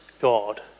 God